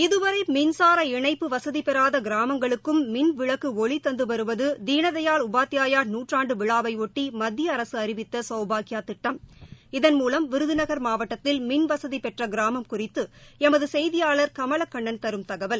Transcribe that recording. இதுவரை மின்சார இணைப்பு வசதி பெறாத கிராமங்களுக்கும் மின்விளக்கு ஒளி தந்தது வருவது தீன்தபாள் உபாத்பாயா நுற்றாண்டு விழாவைபொட்டி மத்திய அரசு அறிவித்த சௌபாக்யா திட்டம் இதன் மூலம் விருதுநகர் மாவட்டத்தில் மின்வசதி பெற்ற கிராமம் குறித்து எமது செய்தியாளர் கமலக்கண்ணன் தரும் தகவல்